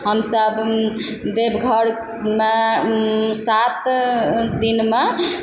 हमसभ देवघरमे सात दिनम